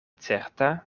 certa